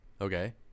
Okay